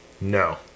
No